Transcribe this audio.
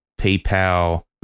PayPal